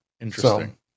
interesting